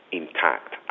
intact